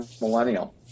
millennial